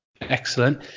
Excellent